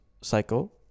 cycle